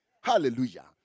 Hallelujah